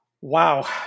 Wow